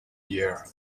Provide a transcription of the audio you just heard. year